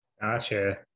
Gotcha